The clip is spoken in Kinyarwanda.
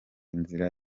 inzira